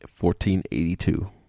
1482